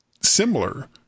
similar